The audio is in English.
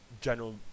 general